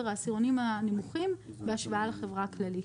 העשירונים הנמוכים בהשוואה לחברה הכללית.